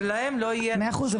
ולהם לא יהיה שום --- מאה אחוז,